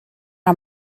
our